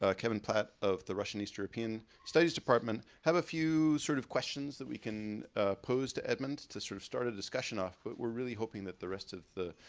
ah kevin platt, of the russian east european studies department have a few sort of questions that we can pose to edmond to sort of start a discussion off but we're really hoping that the rest of the